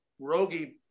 Rogi